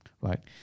right